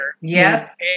Yes